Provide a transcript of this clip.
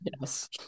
Yes